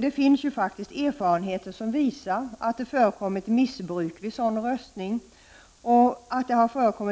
Det finns faktiskt erfarenheter som visar att det har förekommit missbruk vid sådan röstning,